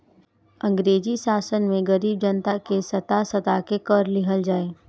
अंग्रेजी शासन में गरीब जनता के सता सता के कर लिहल जाए